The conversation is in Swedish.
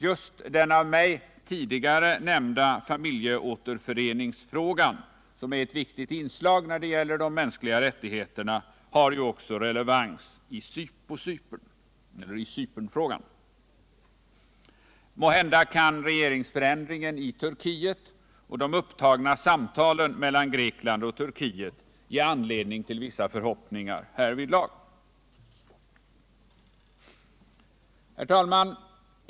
Just den av mig tidigare nämnda familjeåterföreningsfrågan, som är ett viktigt inslag när det gäller de mänskliga rättigheterna, har också relevans i Cypernfrågan. Måhända kan regeringsförändringen i Turkiet och de upptagna samtalen mellan Grekland och Turkiet ge anledning till vissa förhoppningar härvidlag.